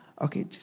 Okay